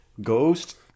ghost